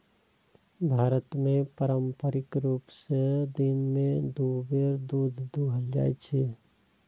भारत मे पारंपरिक रूप सं दिन मे दू बेर दूध दुहल जाइ छै